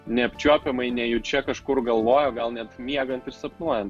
neapčiuopiamai nejučia kažkur galvoj o gal net miegant ir sapnuojant